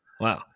Wow